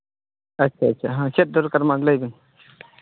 ᱟᱪᱪᱷᱟ ᱟᱪᱪᱷᱟ ᱪᱮᱫ ᱫᱚᱨᱠᱟᱨ ᱢᱟ ᱞᱟᱹᱭ ᱵᱤᱱ